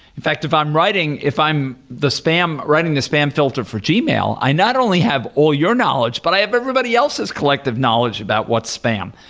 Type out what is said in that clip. in fact, if i'm writing if i'm the spam writing the spam filter for gmail, i not only have all your knowledge, but i have everybody else's collective knowledge about what's spam,